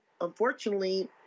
unfortunately